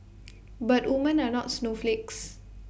but woman are not snowflakes